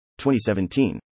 2017